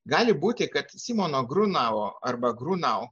gali būti kad simono grunavo arba grunau